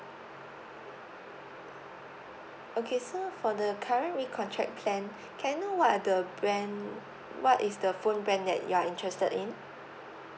okay so for the current recontract plan can I know what are the brand what is the phone brand that you are interested in